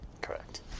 Correct